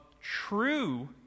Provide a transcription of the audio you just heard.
true